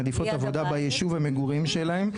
מעדיפות עבודה ביישוב המגורים שלהם.